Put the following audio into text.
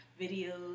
videos